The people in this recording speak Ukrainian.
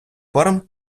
форм